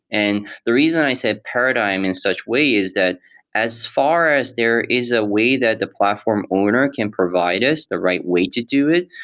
and the reason i said paradigm in such way is that as far as there is a way that the platform owner can provide us the right way to to it.